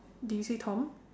did you say tom